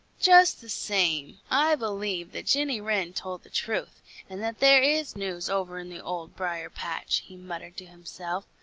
just the same, i believe that jenny wren told the truth and that there is news over in the old briar-patch, he muttered to himself.